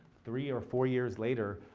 three or four years later,